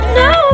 no